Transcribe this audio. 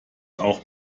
auch